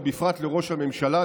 ובפרט לראש הממשלה,